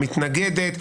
מתנגדת?